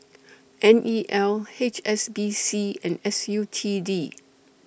N E L H S B C and S U T D